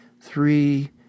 three